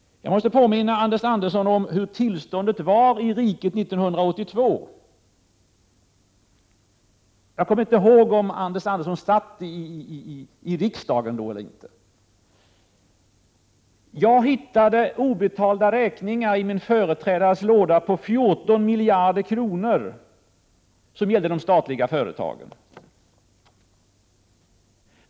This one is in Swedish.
Jag måste påminna Anders Andersson om hur tillståndet var i riket 1982. Jag kommer inte ihåg om Anders Andersson satt i riksdagen då. Jag hittade obetalda räkningar i min företrädares låda på 14 miljarder kronor som gällde de statliga företagen.